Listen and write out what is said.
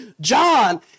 John